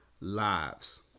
lives